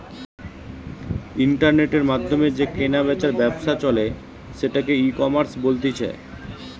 ইন্টারনেটের মাধ্যমে যে কেনা বেচার ব্যবসা চলে সেটাকে ইকমার্স বলতিছে